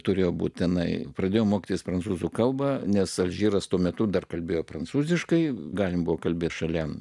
turėjo būtinai pradėjo mokytis prancūzų kalba nes alžyras tuo metu dar kalbėjo prancūziškai galime kalbėti šalia